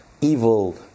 evil